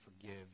forgive